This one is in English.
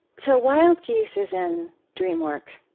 so wild geese is in dream work,